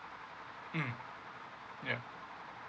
mm yeah